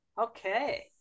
okay